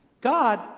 God